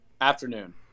Afternoon